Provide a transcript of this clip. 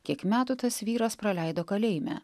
kiek metų tas vyras praleido kalėjime